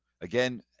Again